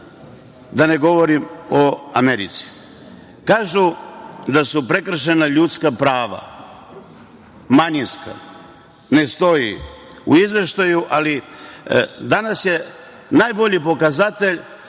da ne govorim o Americi. Kažu da su prekršena ljudska prava, manjinska, ne stoji u Izveštaju. Danas je najbolji pokazatelj